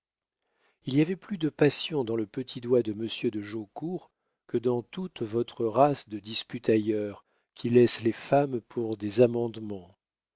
il y avait plus de passion dans le petit doigt de monsieur de jaucourt que dans toute votre race de disputailleurs qui laissent les femmes pour des